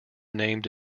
named